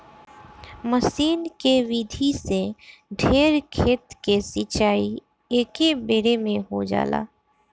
मसीन के विधि से ढेर खेत के सिंचाई एकेबेरे में हो जाला